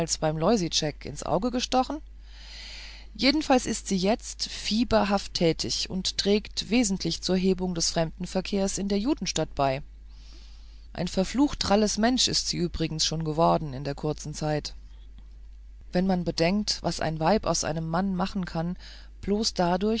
beim loisitschek ins auge gestochen jedenfalls ist sie jetzt fieberhaft tätig und trägt wesentlich zur hebung des fremdenverkehrs in der judenstadt bei ein verflucht dralles mensch ist sie übrigens schon geworden in der kurzen zeit wenn man bedenkt was ein weib aus einem mann machen kann bloß